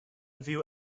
view